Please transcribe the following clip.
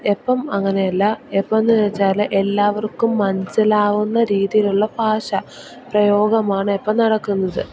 ഇപ്പം അങ്ങനെയല്ല ഇപ്പോഴെന്നു വെച്ചാൽ എല്ലാവർക്കും മനസ്സിലാവുന്ന രീതിയിലുള്ള ഭാഷ പ്രയോഗമാണ് ഇപ്പം നടക്കുന്നത്